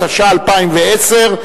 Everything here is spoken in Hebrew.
התשע"א 2010,